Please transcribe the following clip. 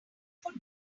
foot